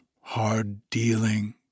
hard-dealing